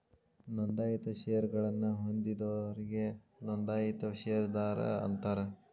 ನೋಂದಾಯಿತ ಷೇರಗಳನ್ನ ಹೊಂದಿದೋರಿಗಿ ನೋಂದಾಯಿತ ಷೇರದಾರ ಅಂತಾರ